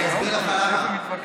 אני אסביר לך למה,